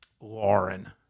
Lauren